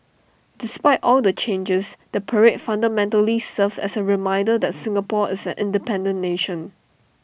despite all the changes the parade fundamentally serves as A reminder that Singapore is an independent nation